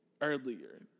earlier